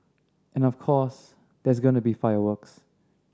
and of course there's going to be fireworks